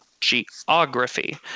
geography